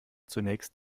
zunächst